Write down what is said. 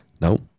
No